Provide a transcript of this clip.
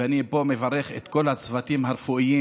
ואני מברך מפה את כל הצוותים הרפואיים,